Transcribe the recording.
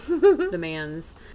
demands